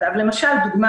למשל, דוגמה